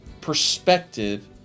perspective